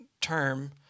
term